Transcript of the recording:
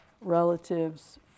relatives